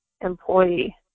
employee